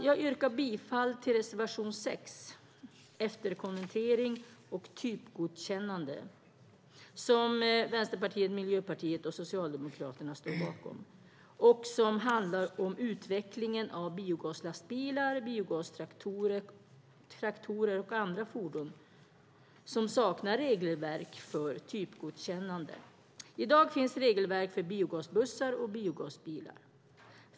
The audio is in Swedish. Jag yrkar bifall till reservation 6, Efterkonvertering och typgodkännande, som Vänsterpartiet, Miljöpartiet och Socialdemokraterna står bakom. Den handlar om utvecklingen av biogaslastbilar, biogastraktorer och andra fordon som saknar regelverk för ett typgodkännande. I dag finns regelverk för biogasbussar och biogasbilar.